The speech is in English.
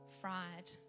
fried